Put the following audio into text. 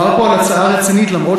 מדובר פה על הצעה רצינית,